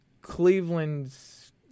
Cleveland's